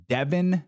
Devin